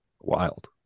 wild